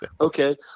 okay